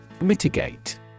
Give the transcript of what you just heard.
Mitigate